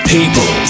People